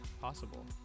possible